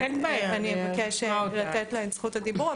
אז אני אבקש לתת לה את זכות הדיבור.